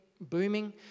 booming